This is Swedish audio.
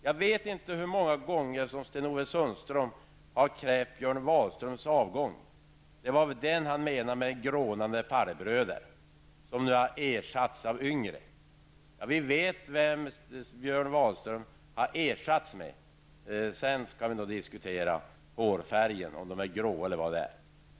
Jag vet inte hur många gånger han har krävt Björn Wahlströms avgång. Det var väl honom han menade när han talade om grånande farbröder som nu har ersatts av yngre. Vi vet vem Björn Wahlström har ersatts med. Därefter kan vi diskutera hårfärgen -- om den är grå eller inte.